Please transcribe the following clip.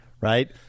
Right